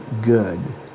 good